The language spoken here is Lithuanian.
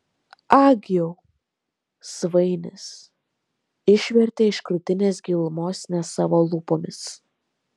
ag jau svainis išvertė iš krūtinės gilumos ne savo lūpomis